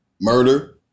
murder